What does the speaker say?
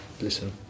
listen